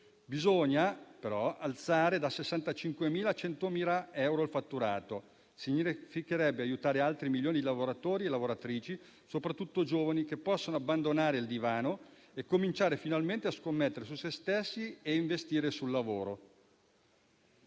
bisogna però alzare il fatturato da 65.000 a 100.000 euro. Questo significherebbe aiutare altri milioni di lavoratori e lavoratrici, soprattutto giovani che potrebbero abbandonare il divano e cominciare finalmente a scommettere su sé stessi e a investire sul lavoro.